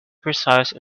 precise